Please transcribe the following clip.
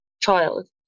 child